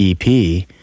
ep